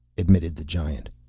admitted the giant.